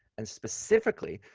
and specifically,